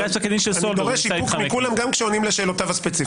אבל אני מבקש שקט מכולם גם כשעונים לשאלותיו הספציפיות.